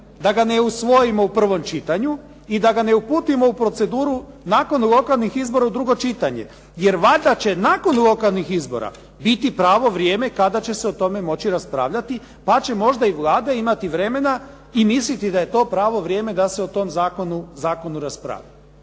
da ga ne usvojimo u prvom čitanju i da ga ne uputimo u proceduru nakon lokalnih izbora u drugo čitanje. Jer valjda će nakon lokalnih izbora biti pravo vrijeme kada će se o tome moći raspravljati pa će možda i Vlada imati vremena i misliti da je to pravo vrijeme da se o tom zakonu raspravlja.